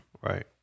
Right